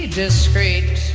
discreet